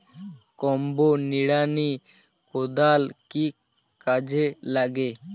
Combo নিড়ানি কোদাল কি কাজে লাগে?